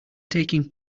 taking